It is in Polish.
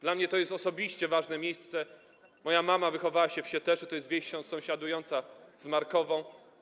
Dla mnie to jest osobiście ważne miejsce, moja mama wychowała się w Sieteszu, to jest wieś sąsiadująca z Markową.